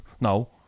No